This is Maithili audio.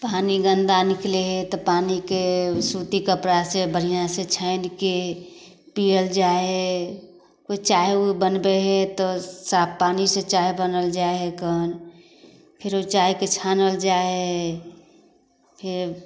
पानि गन्दा निकलै हइ तऽ पानिके सूती कपड़ा से बढ़िऑं से छानिके पीयल जाइ हइ कोइ चाहे बनबै हइ तऽ साफ पानि से चाह बनबल जाइ हकन फेर ओ चाहके छानल जाइ हइ फेर